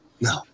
No